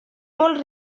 molt